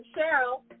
Cheryl